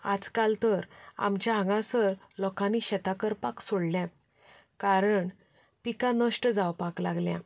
आजकाल तर आमच्या हांगासर लोकांनी शेतां करपाक सोडल्यात कारण पिकां नश्ट जावपाक लागल्या